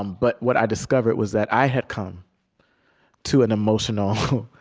um but what i discovered was that i had come to an emotional,